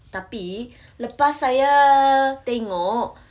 tapi lepas saya tengok